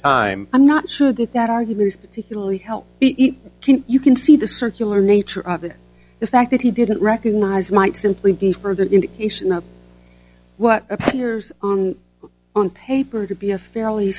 time i'm not sure that that argument is particularly help you can see the circular nature of it the fact that he didn't recognize might simply be further indication of what appears on paper to be a fairly